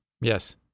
Yes